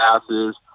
passes